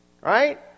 Right